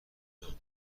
جان